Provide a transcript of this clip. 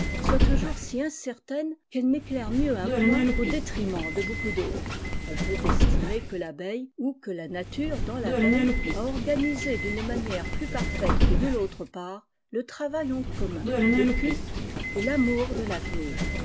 toujours si incertaine qu'elle n'éclaire mieux un point qu'au détriment de beaucoup d'autres on peut estimer que l'abeille ou que la nature dans l'abeille a organisé d'une manière plus parfaite que nulle autre part le travail en commun le culte et l'amour de l'avenir